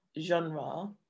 genre